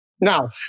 Now